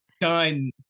done